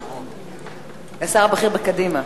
לשר הבכיר בקדימה.